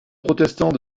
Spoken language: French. protestant